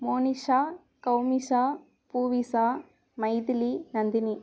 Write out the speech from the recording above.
Monisha Kavmisha Poovisa Mythili Nandini